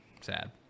Sad